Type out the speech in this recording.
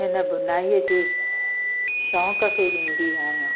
हिन बुनाईअ जे शौक़ु खे ॾींदी आहियां